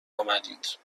آمدید